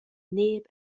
neb